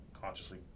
consciously